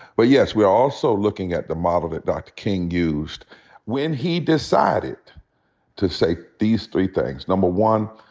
but yes, we're also looking at the model that dr. king used when he decided to say these three things. number one,